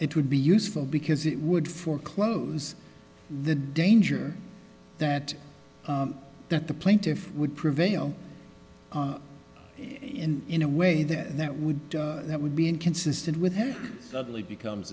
it would be useful because it would foreclose the danger that that the plaintiff would prevail in in a way that that would that would be inconsistent with suddenly becomes